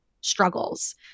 struggles